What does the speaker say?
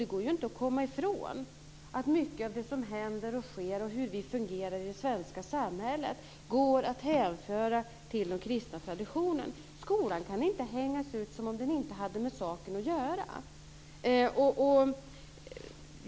Det går inte att komma ifrån att mycket av det som händer och sker och hur vi fungerar i det svenska samhället går att hänföra till den kristna traditionen. Skolan kan inte hängas ut som om den inte hade med saken att göra.